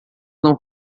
não